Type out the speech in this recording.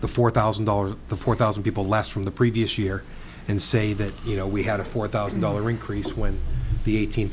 the four thousand dollars the four thousand people last from the previous year and say that you know we had a four thousand dollar increase when the eighteen